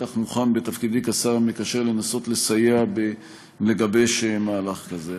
בטח מוכן בתפקידי כשר המקשר לנסות לסייע ולגבש מהלך כזה.